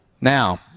Now